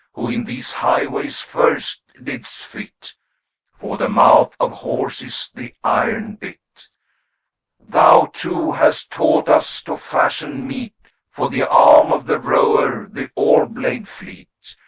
who in these highways first didst fit for the mouth of horses the iron bit thou too hast taught us to fashion meet for the arm of the rower the oar-blade fleet,